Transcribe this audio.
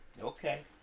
Okay